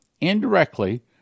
indirectly